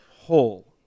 whole